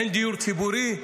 אין דיור ציבורי?